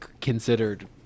considered